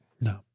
No